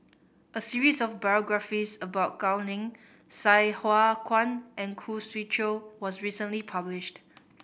a series of biographies about Gao Ning Sai Hua Kuan and Khoo Swee Chiow was recently published